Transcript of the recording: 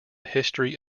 history